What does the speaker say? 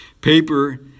Paper